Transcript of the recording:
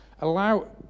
Allow